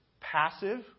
passive